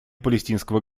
палестинского